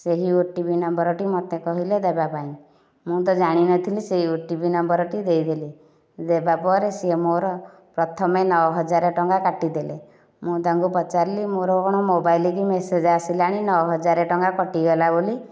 ସେହି ଓଟିପି ନମ୍ବରଟି ମୋତେ କହିଲେ ଦେବା ପାଇଁ ମୁଁ ତ ଜାଣିନଥିଲି ସେଇ ଓଟିପି ନମ୍ବରଟି ଦେଇଦେଲି ଦେବାପରେ ସେ ମୋର ପ୍ରଥମେ ନଅ ହଜାର ଟଙ୍କା କାଟିଦେଲେ ମୁଁ ତାଙ୍କୁ ପଚାରିଲି ମୋର କଣ ମୋବାଇଲ୍ କୁ ମ୍ୟାସେଜ୍ ଆସିଲାଣି ନଅ ହଜାର ଟଙ୍କା କଟିଗଲା ବୋଲି